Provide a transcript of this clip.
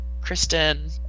Kristen